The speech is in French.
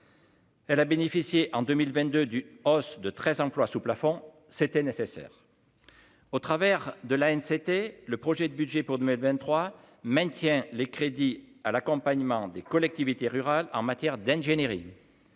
Elle a bénéficié en 2022 du : hausse de 13 emplois sous plafond c'était nécessaire. Au travers de la haine, c'était le projet de budget pour 2023 maintient les crédits à l'accompagnement des collectivités rurales en matière d'ingénierie.